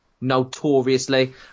notoriously